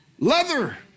leather